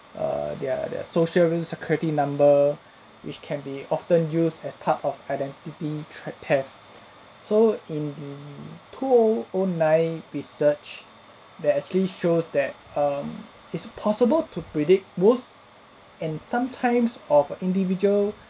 err their their social security number which can be often used as part of identity thre~ theft so in the two o o nine research that actually shows that um is possible to predict worth and sometimes of individual